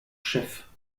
chefs